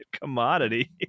commodity